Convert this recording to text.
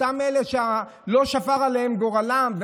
לאותם אלה שלא שפר עליהם גורלם.